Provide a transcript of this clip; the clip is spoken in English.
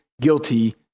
guilty